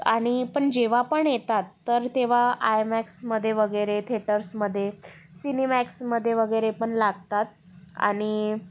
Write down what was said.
आणि पण जेव्हापण येतात तर तेव्हा आयमॅक्समध्ये वगैरे थेटर्समध्ये सिनेमॅक्समध्ये वगैरे पण लागतात आणि